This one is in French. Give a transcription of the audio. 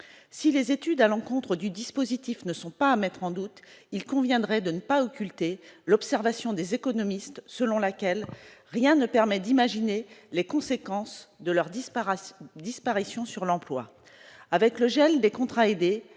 si les études à l'encontre du dispositif ne sont pas à mettre en doute, il conviendrait de ne pas occulter l'observation des économistes selon laquelle rien ne permet d'imaginer les conséquences de leur disparation disparition sur l'emploi avec le gel des contrats aidés,